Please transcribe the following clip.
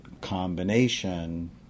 combination